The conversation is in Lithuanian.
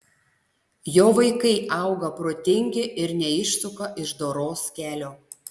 jo vaikai auga protingi ir neišsuka iš doros kelio